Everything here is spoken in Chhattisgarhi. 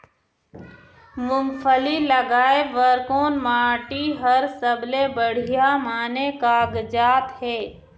मूंगफली लगाय बर कोन माटी हर सबले बढ़िया माने कागजात हे?